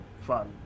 fun